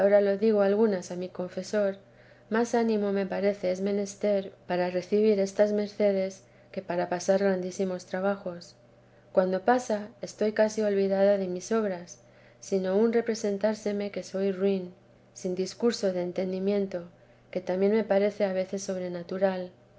lo digo algunas a mi confesor más ánimo me parece es menester para recibir estas mercedes que para pasar grandísimos trabajos cuando pasa estoy casi olvidada de mis obras sino un representársemeque soy ruin sin discurso de entendimiento que también me parece a veces sobrenatural